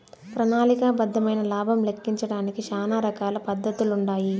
ప్రణాళిక బద్దమైన లాబం లెక్కించడానికి శానా రకాల పద్దతులుండాయి